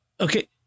Okay